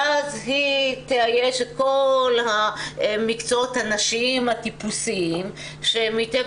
ואז היא תאייש את כל המקצועות הנשיים הטיפוסיים שמטבע